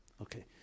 Okay